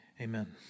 Amen